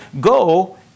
go